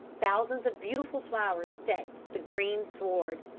thousands of beautiful flowers decked the green sward,